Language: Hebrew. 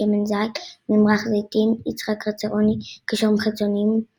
שמן זית ממרח זיתים יצחק חצרוני קישורים חיצוניים זית,